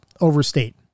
overstate